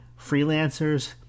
freelancers